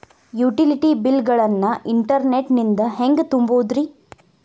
Utility bill ಗಳನ್ನ internet ನಿಂದ ಹೆಂಗ್ ತುಂಬೋದುರಿ?